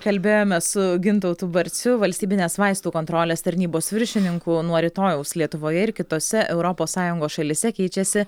kalbėjomės su gintautu barciu valstybinės vaistų kontrolės tarnybos viršininku o nuo rytojaus lietuvoje ir kitose europos sąjungos šalyse keičiasi